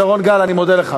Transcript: שרון גל, אני מודה לך.